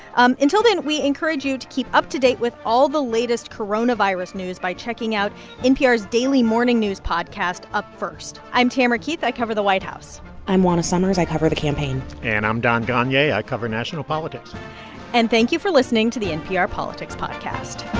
until then, we encourage you to keep up to date with all the latest coronavirus news by checking out npr's daily morning news podcast up first i'm tamara keith. i cover the white house i'm juana summers. i cover the campaign and i'm don gonyea. i cover national politics and thank you for listening to the npr politics podcast